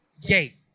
gate